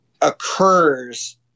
occurs